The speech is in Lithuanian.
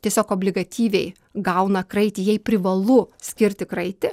tiesiog obligatyviai gauna kraitį jai privalu skirti kraitį